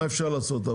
מה אפשר לעשות?